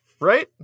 Right